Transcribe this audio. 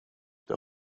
der